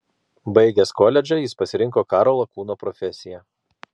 baigęs koledžą jis pasirinko karo lakūno profesiją